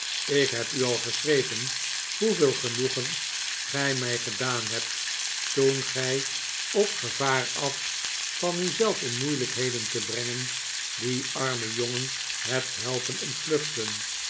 ik heb u al geschreven hoeveel genoegen gij mij gedaan hebt toen gij op gevaar af van u zelf in moeilijkheden te brengen dien armen jongen hebt helpen ontvluchten